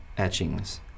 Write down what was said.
etchings